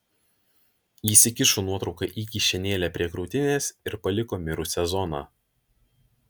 įsikišo nuotrauką į kišenėlę prie krūtinės ir paliko mirusią zoną